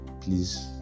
Please